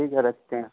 ठीक है रखते हैं